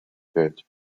пять